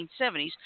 1970s